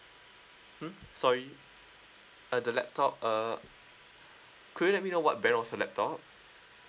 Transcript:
mm sorry uh the laptop err could you let me know what brand was the laptop